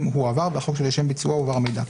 אם הועבר והחוק שלשם ביצועו הועבר המידע.